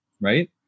right